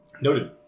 Noted